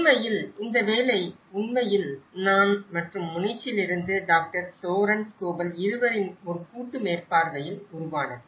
உண்மையில் இந்த வேலை உண்மையில் நான் மற்றும் முனிச்சிலிருந்து டாக்டர் சோரன் ஸ்கோபல் இருவரின் ஒரு கூட்டு மேற்பார்வையில் உருவானது